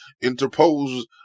interpose